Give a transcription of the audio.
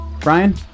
Brian